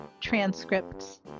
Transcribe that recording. Transcripts